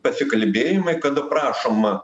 pasikalbėjimai kada prašoma